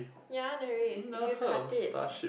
ya there's if you cut it